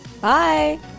Bye